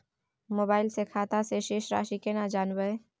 Mobile से खाता में शेस राशि केना जानबे?